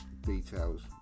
details